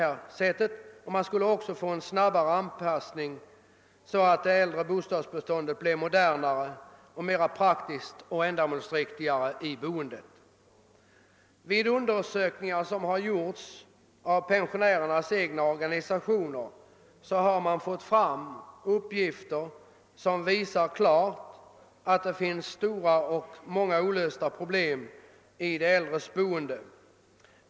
Därigenom skulle också det äldre bostadsbeståndet snabbare kunna anpassas till ett modernare, mera praktiskt och ändamålsenligt boende. Vid undersökningar som har gjorts av pensionärernas egna organisationer har klart framgått att det finns många stora och olösta problem i fråga om de äldres boende.